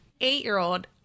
eight-year-old